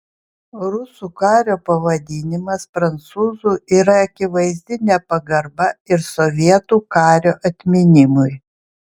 rusų kario pavadinimas prancūzu yra akivaizdi nepagarba ir sovietų kario atminimui